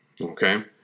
Okay